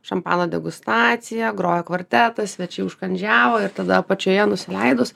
šampano degustaciją grojo kvartetas svečiai užkandžiavo ir tada apačioje nusileidus